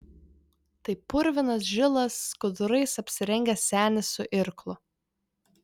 tai purvinas žilas skudurais apsirengęs senis su irklu